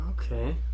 Okay